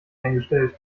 eingestellt